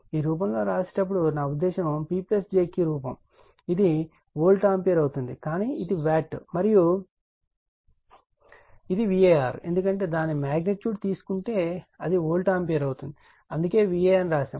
ఈ రూపంలో వ్రాసేటప్పుడు నా ఉద్దేశ్యం P jQ రూపం ఇది వోల్ట్ ఆంపియర్ అవుతుంది కానీ ఇది వాట్ మరియు ఇది var ఎందుకంటే దాని మగ్నిట్యూడ్ తీసుకుంటే అది వోల్ట్ ఆంపియర్ అవుతుంది అందుకే VA అని రాశాము